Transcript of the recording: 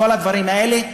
כל הדברים האלה,